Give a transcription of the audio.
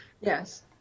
yes